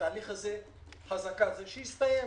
בתהליך הזה חזקה עליו שיסתיים.